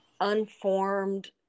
unformed